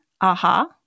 AHA